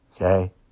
Okay